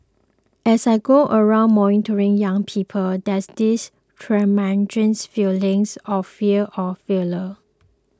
as I go around mentoring young people there's this tremendous feelings of fear of failure